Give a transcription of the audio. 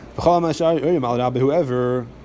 whoever